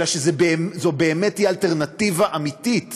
אלא שזאת באמת תהיה אלטרנטיבה אמיתית